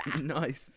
Nice